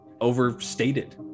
overstated